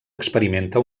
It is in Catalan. experimenta